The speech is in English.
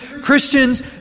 Christians